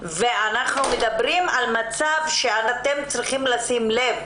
אנחנו מדברים על מצב שאתם צריכים לשים לב,